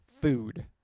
Food